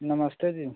नमस्ते जी